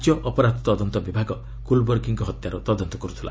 ରାଜ୍ୟ ଅପରାଧ ତଦନ୍ତ ବିଭାଗ କଲ୍ବୁର୍ଗିଙ୍କ ହତ୍ୟାର ତଦନ୍ତ କରୁଥିଲା